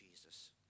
Jesus